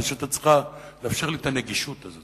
את פשוט צריכה לאפשר לי את הנגישות הזאת,